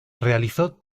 realizó